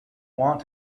want